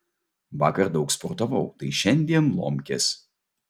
vakar daug sportavau tai šiandien lomkės